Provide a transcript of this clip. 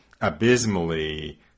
abysmally